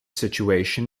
situation